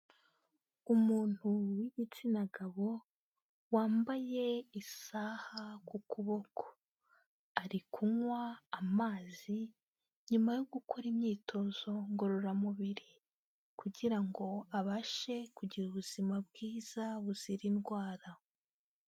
Umuntu w'igitsina gabo wambaye isaha ku kuboko, ari kunywa amazi nyuma yo gukora imyitozo ngororamubiri kugira ngo abashe kugira ubuzima bwiza buzira indwara.